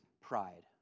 pride